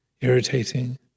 irritating